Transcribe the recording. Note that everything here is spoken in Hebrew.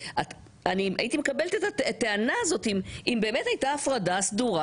הייתי מקבלת את הטענה הזאת אם באמת הייתה הפרדה סדורה